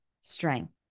strength